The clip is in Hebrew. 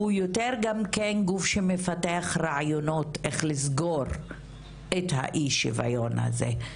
הוא יותר גם כן גוף שמפתח רעיונות איך לסגור את האי שוויון הזה,